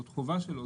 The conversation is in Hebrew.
זאת חובה שלו.